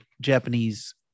Japanese